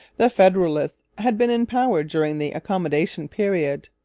the federalists had been in power during the accommodation period.